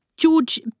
George